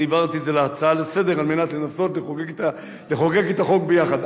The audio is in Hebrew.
אני העברתי את זה להצעה לסדר-היום על מנת לנסות לחוקק את החוק ביחד.